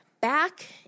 back